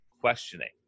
questioning